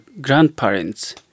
grandparents